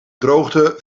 droogte